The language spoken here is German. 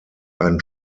ein